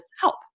help